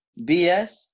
BS